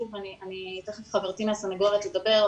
תיכף חברתי מהסנגוריה תדבר,